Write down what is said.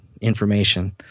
information